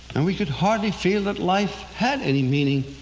and we could hardly feel that life had any meaning